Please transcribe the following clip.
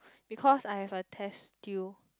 because I have a test due